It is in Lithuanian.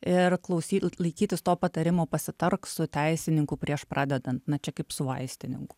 ir klausy laikytis to patarimo pasitark su teisininku prieš pradedant na čia kaip su vaistininku